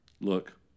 Look